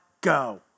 go